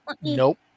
Nope